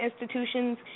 institutions